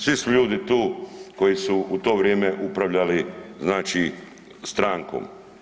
Svi su ljudi tu koji su u to vrijeme upravljali znači strankom.